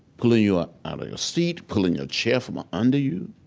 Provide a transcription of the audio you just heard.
pulling you out of your seat, pulling your chair from ah under you,